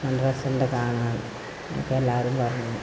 നല്ല രസമുണ്ട് കാണാൻ എന്നൊക്കെ എല്ലാവരും പറഞ്ഞു